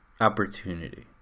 opportunity